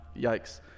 yikes